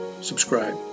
subscribe